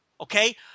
Okay